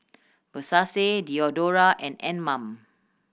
Versace Diadora and Anmum